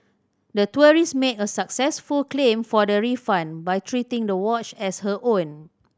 the tourist made a successful claim for the refund by treating the watch as her own